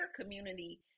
community